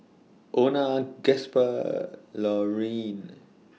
Ona Gasper Laurene